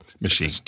machine